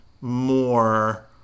more